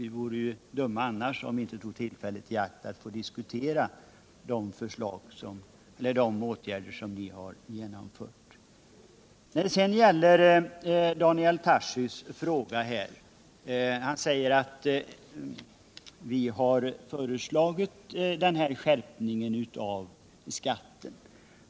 Vi vore dumma, om vi inte tog tillfället i akt att diskutera de åtgärder ni har genomfört. Daniel Tarschys säger att vi har föreslagit skärpning av skatten.